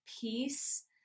peace